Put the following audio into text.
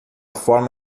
forma